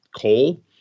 coal